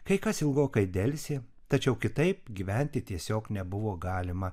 kai kas ilgokai delsė tačiau kitaip gyventi tiesiog nebuvo galima